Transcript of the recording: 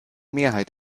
mehrheit